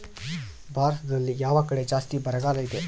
ಭಾರತದಲ್ಲಿ ಯಾವ ಕಡೆ ಜಾಸ್ತಿ ಬರಗಾಲ ಇದೆ?